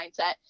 mindset